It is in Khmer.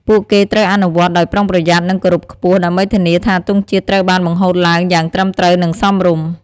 ពួកគេត្រូវអនុវត្តដោយប្រុងប្រយ័ត្ន និងគោរពខ្ពស់ ដើម្បីធានាថាទង់ជាតិត្រូវបានបង្ហូតឡើងយ៉ាងត្រឹមត្រូវ និងសមរម្យ។